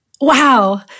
wow